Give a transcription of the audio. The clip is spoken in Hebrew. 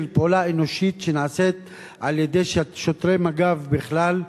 פעולה אנושית שנעשית על-ידי שוטרי מג"ב בכלל.